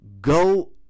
go